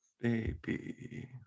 Baby